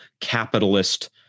capitalist